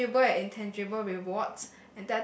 tangible and intangible rewards